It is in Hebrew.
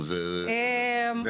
בדיוק.